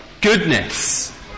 goodness